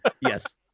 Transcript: Yes